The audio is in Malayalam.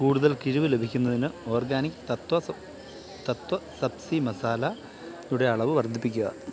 കൂടുതൽ കിഴിവ് ലഭിക്കുന്നതിന് ഓർഗാനിക് തത്വ സ തത്വ സബ്സി മസാല യുടെ അളവ് വർദ്ധിപ്പിക്കുക